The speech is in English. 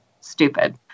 stupid